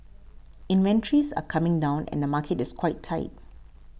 inventories are coming down and the market is quite tight